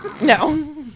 No